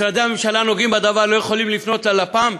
משרדי הממשלה הנוגעים בדבר לא יכולים לפנות ללפ"מ